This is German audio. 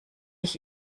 ich